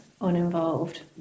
uninvolved